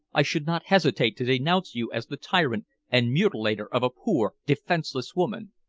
i should not hesitate to denounce you as the tyrant and mutilator of a poor defenseless woman.